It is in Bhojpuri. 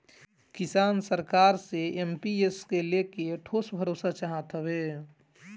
किसान सरकार से एम.पी.एस के लेके ठोस भरोसा चाहत हवे